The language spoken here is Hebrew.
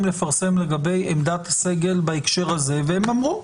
לפרסם לגבי עמדת הסגל בהקשר הזה והם אמרו,